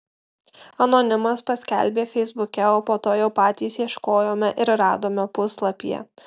anonimas paskelbė feisbuke o po to jau patys ieškojome ir radome puslapyje